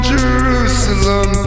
Jerusalem